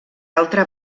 altra